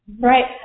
Right